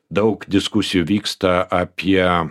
daug diskusijų vyksta apie